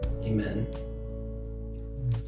Amen